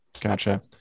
Gotcha